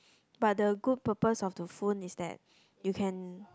but the good purpose of the phone is that you can